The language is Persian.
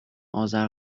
اذر